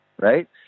right